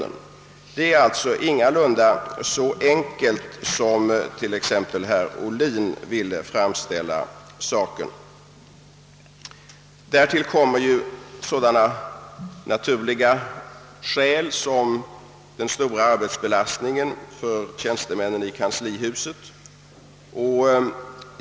Hela saken är sålunda inte fullt så enkel som exempelvis herr Ohlin här ville framställa den. Härtill kommer sedan en sådan naturlig orsak som den stora arbetsbelastningen för tjänstemännen i kanslihuset.